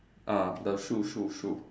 ah the shoe shoe shoe